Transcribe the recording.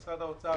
למשרד האוצר,